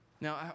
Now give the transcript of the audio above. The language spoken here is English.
Now